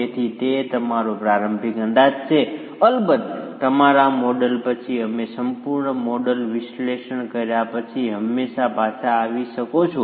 તેથી તે તમારો પ્રારંભિક અંદાજ છે અલબત્ત તમારા મોડેલ પછી તમે સંપૂર્ણ મોડલ વિશ્લેષણ કર્યા પછી હંમેશા પાછા આવી શકો છો